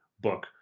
book